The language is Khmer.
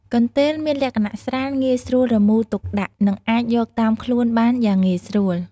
កន្ទេលមានលក្ខណៈស្រាល ងាយស្រួលរមូរទុកដាក់ និងអាចយកតាមខ្លួនបានយ៉ាងងាយស្រួល។